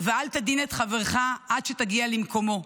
ואל תדין את חברך עד שתגיע למקומו,